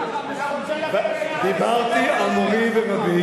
אנחנו, דיברתי על מורי ורבי.